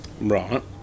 Right